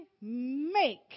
make